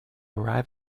arrive